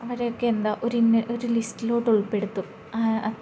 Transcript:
അവരെയൊക്കെ എന്താ ഒരു ഇന്ന ഒരു ലിസ്റ്റിലോട്ട് ഉൾപ്പെടുത്തും